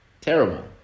terrible